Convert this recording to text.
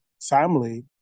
family